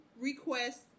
request